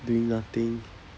doing nothing